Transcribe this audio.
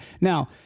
Now